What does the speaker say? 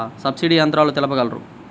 Subsidy యంత్రాలు తెలుపగలరు?